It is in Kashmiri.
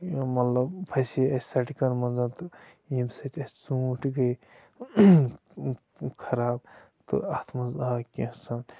مطلب پھَسے اَسہِ سڑکَن منٛز تہٕ ییٚمہِ سۭتۍ اَسہِ ژوٗنٛٹھۍ گٔے خراب تہٕ اَتھ منٛز آے کینٛژَن